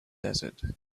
desert